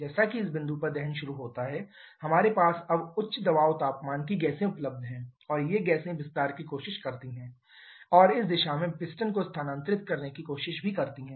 जैसा कि इस बिंदु पर दहन शुरू होता है हमारे पास अब उच्च दबाव तापमान की गैसें उपलब्ध हैं और ये गैसें विस्तार की कोशिश करती हैं और इस दिशा में पिस्टन को स्थानांतरित करने की कोशिश करती हैं